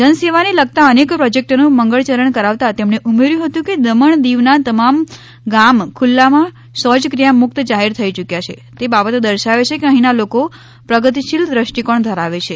જનસેવા ને લગતા અનેક પ્રોજેકટનું મંગળચરણ કરાવતા તેમણે ઉમેર્યું હતું કે દમણ દીવ ના તમામ ગામ ખુલ્લા માં શૌય ક્રિયા મુક્ત જાહેર થઈ યૂક્યા છે તે બાબત દર્શાવે છે કે અહી ના લોકો પ્રગતિશીલ દ્રષ્ટિકોણ ધરાવે છે